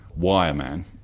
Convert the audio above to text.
wireman